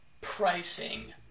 Pricing